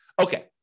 Okay